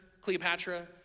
Cleopatra